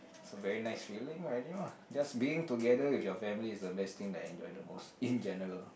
it's a very nice feeling already lah just being together with your family is the best thing that I enjoy the most in general lah